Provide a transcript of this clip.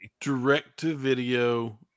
Direct-to-video